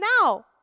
now